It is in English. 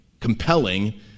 compelling